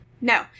No